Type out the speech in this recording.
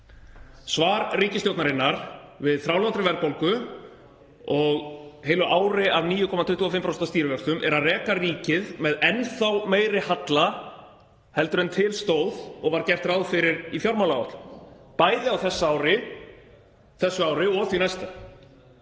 Svar ríkisstjórnarinnar við þrálátri verðbólgu og heilu ári af 9,25% stýrivöxtum er að reka ríkið með enn þá meiri halla heldur en til stóð og var gert ráð fyrir í fjármálaáætlun, bæði á þessu ári og því næsta.